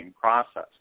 process